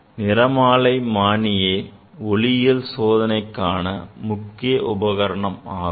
நிறமாலைமானியே ஒளியில் சோதனைக்கான மிகமுக்கிய உபகரணம் ஆகும்